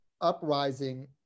uprising